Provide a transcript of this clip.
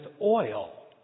oil